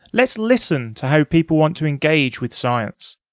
let's listen to how people want to engage with science.